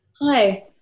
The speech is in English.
Hi